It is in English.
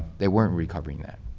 they weren't recovering that,